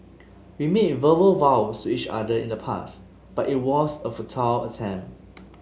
we made verbal vows to each other in the past but it was a futile attempt